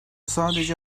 sadece